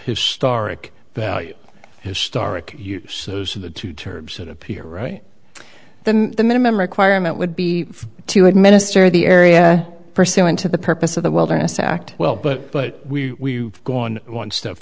historic value historic use of the two terms that appear right then the minimum requirement would be to administer the area pursuant to the purpose of the wilderness act well but but we have gone one step